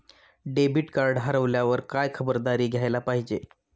Debit card हरवल्यावर काय खबरदारी घ्यायला पाहिजे?